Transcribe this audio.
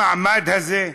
במעמד הזה?